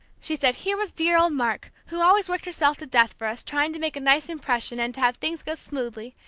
she said here was dear old mark, who always worked herself to death for us, trying to make a nice impression, and to have things go smoothly,